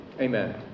Amen